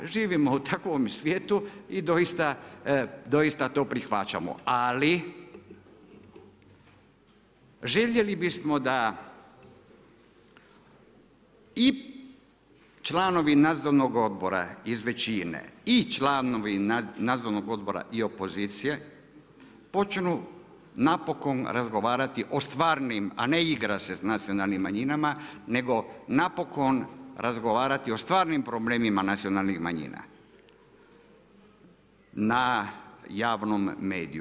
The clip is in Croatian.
Živimo u takvom svijetu i doista to prihvaćamo, ali željeli bismo da i članovi Nadzornog odbora iz većine i članovi Nadzornog odbora i opozicije počnu napokon razgovarati o stvarnim, a ne igrat se sa nacionalnim manjinama, nego napokon razgovarati o stvarnim problemima nacionalnih manjina na javnom mediju.